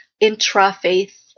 intra-faith